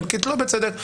חלקית לא בצדק,